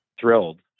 thrilled